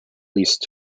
least